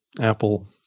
Apple